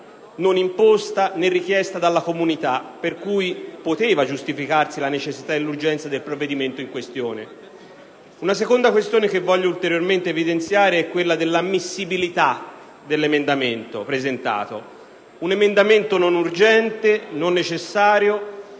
non imposta, né richiesta dalla comunità, circostanza che poteva giustificare la necessità e l'urgenza del provvedimento in questione. Una seconda questione che voglio ulteriormente evidenziare è quella dell'ammissibilità dell'emendamento presentato. Un emendamento non urgente e non necessario,